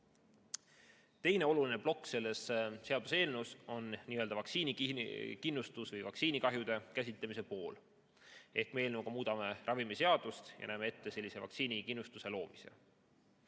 Teine oluline plokk selles seaduseelnõus on nii-öelda vaktsiinikindlustus või vaktsiinikahjude käsitlemise pool. Eelnõuga me muudame ravimiseadust ja näeme ette vaktsiinikindlustuse loomise.